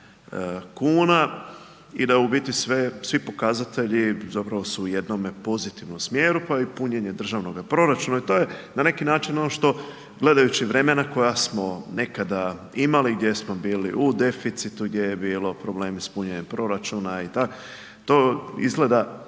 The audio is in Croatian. kuna i da u biti svi pokazatelji zapravo su u jednome pozitivnom smjeru pa i punjenje državnoga proračuna i to je na neki način ono što, gledajući vremena koja smo nekada imali, gdje smo bili u deficitu, gdje je bilo problemi sa punjenjem proračuna, to izgleda